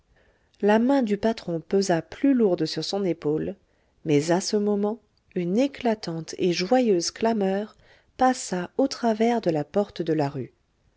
la main du patron pesa plus lourde sur son épaule mais à ce moment une éclatante et joyeuse clameur passa au travers de la porte de la rue